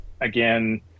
again